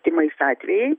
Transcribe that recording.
tymais atvejai